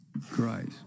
Christ